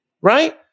Right